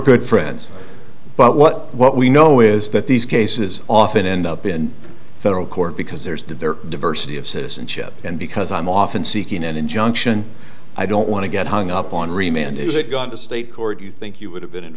good friends but what what we know is that these cases often end up in federal court because there's did their diversity of citizenship and because i'm often seeking an injunction i don't want to get hung up on remained it got to state court you think you would have been in